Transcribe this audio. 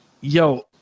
yo